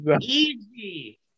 easy